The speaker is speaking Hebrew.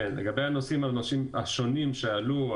לגבי הנושאים השונים שעלו,